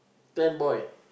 ten boy